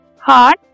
Heart